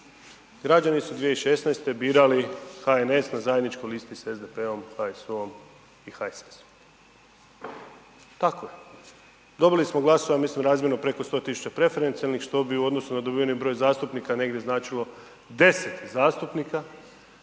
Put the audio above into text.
građani su 2016. birali HNS na zajedničkoj listi s SDP-om, HSU-om i HSS-om, tako je, dobili smo glasova, mislim razmjerno preko 100 000 preferencijalnih, što bi u odnosu na dobiveni broj zastupnika negdje značilo 10 zastupnika.